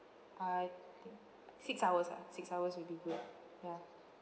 I think six hours ah six hours will be good ya